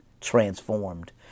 transformed